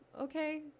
Okay